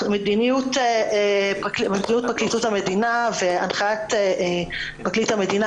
מדיניות פרקליטות המדינה והנחיית פרקליט המדינה